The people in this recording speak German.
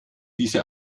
diese